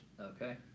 Okay